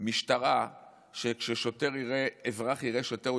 משטרה שבה כאשר אזרח יראה שוטר,